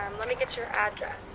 um let me get your address.